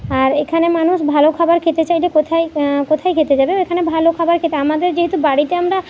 আর এখানে মানুষ ভালো খাবার খেতে চাইলে কোথায় কোথায় খেতে যাবে এখানে ভালো খাবার খেতে আমাদের যেহেতু বাড়িতে আমরা